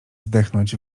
zdechnąć